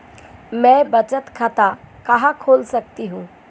मैं बचत खाता कहां खोल सकती हूँ?